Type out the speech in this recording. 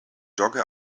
dogge